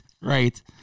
right